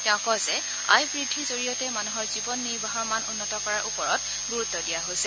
তেওঁ কয় যে আয় বৃদ্ধিৰ জৰিয়তে মানুহৰ জীৱন নিৰ্বাহৰ মান উন্নত কৰাৰ ওপৰত গুৰুত্ব দিয়া হৈছে